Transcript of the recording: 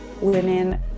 women